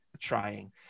trying